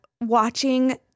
watching